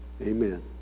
Amen